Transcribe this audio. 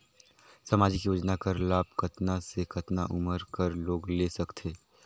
समाजिक योजना कर लाभ कतना से कतना उमर कर लोग ले सकथे?